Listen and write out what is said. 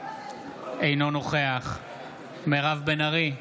אינו נוכח מירב בן ארי,